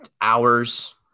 hours